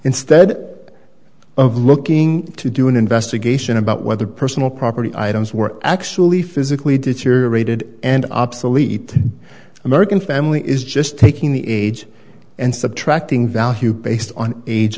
instead of looking to do an investigation about whether personal property items were actually physically deteriorated and obsolete american family is just taking the age and subtracting value based on age